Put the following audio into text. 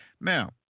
Now